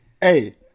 Hey